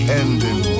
ending